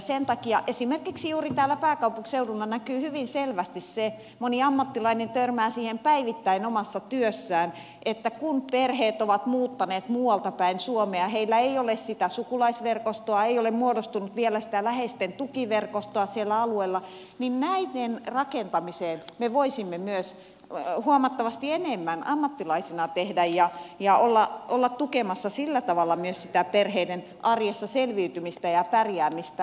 sen takia esimerkiksi juuri täällä pääkaupunkiseudulla näkyy hyvin selvästi se ja moni ammattilainen törmää siihen päivittäin omassa työssään että kun perheet ovat muuttaneet muualtapäin suomea heillä ei ole sitä sukulaisverkostoa ei ole muodostunut vielä sitä läheisten tukiverkostoa sillä alueella niin näiden rakentamiseksi me voisimme huomattavasti enemmän ammattilaisina tehdä ja olla tukemassa sillä tavalla myös sitä perheiden arjessa selviytymistä ja pärjäämistä